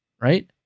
right